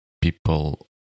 people